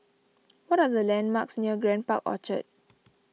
what are the landmarks near Grand Park Orchard